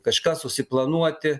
kažką susiplanuoti